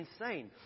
insane